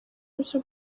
bushya